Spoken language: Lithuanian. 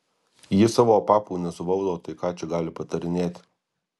ji savo papų nesuvaldo tai ką čia gali patarinėti